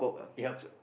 ya